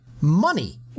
money